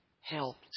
helped